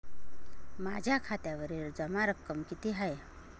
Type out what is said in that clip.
माझ्या खात्यावरील जमा रक्कम किती आहे?